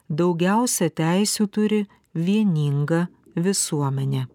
daugiausia teisių turi vieninga visuomenė